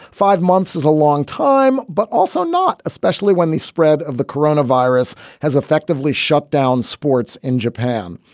five months is a long time, but also not especially when the spread of the corona virus has effectively shut down sports in japan.